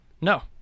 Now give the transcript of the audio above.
No